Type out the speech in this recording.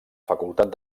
facultat